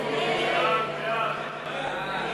מסדר-היום